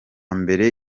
mbere